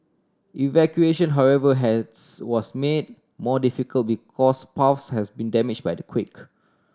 evacuation however has was made more difficult because paths has been damage by the quake